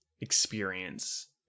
experience